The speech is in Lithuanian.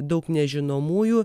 daug nežinomųjų